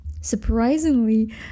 surprisingly